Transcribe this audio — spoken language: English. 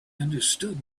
understood